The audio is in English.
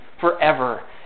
forever